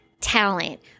talent